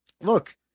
look